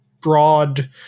broad